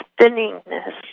spinningness